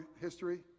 history